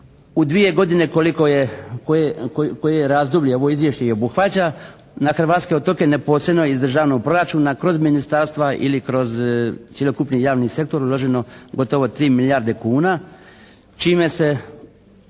u dvije godine koje razdoblje ovo izvješće i obuhvaća, na hrvatske otoke neposredno iz državnog proračuna kroz ministarstva ili kroz cjelokupni javni sektor uloženo gotovo 3 milijarde kuna čime se